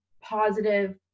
positive